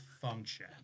function